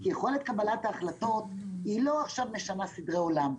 כי יכולת קבלת ההחלטות לא משנה סדרי עולם.